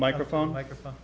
microphone microphone